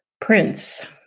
Prince